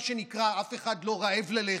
מה שנקרא, אף אחד לא רעב ללחם,